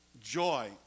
joy